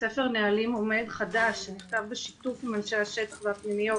ספר נהלים חדש שנכתב בשיתוף עם אנשי השטח והפנימיות,